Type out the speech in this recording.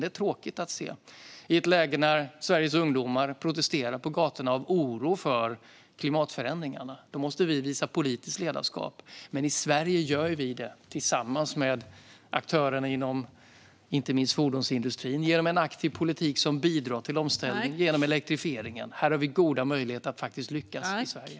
Det är tråkigt att se i ett läge när Sveriges ungdomar protesterar på gatorna av oro för klimatförändringarna. Då måste vi visa politiskt ledarskap. Men i Sverige gör vi det tillsammans med aktörerna inom inte minst fordonsindustrin genom en aktiv politik som bidrar till omställningen genom elektrifieringen. Här har vi goda möjligheter att faktiskt lyckas i Sverige.